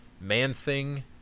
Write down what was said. Man-Thing